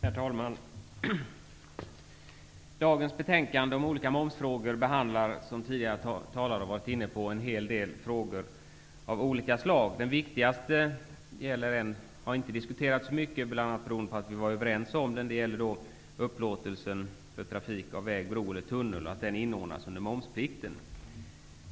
Herr talman! Dagens betänkande om olika momsfrågor innehåller, som tidigare talare har varit inne på, en hel del frågor av olika slag. Den viktigaste frågan har inte diskuterats så mycket, bl.a. beroende på att vi var överens om den. Den gäller att upplåtelse för trafik av väg, bro eller tunnel inordnas under momsplikten.